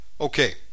Okay